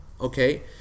Okay